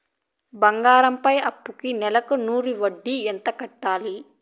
బంగారం పైన అప్పుకి నెలకు నూరు వడ్డీ ఎంత కట్టాలి?